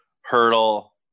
Hurdle